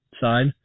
side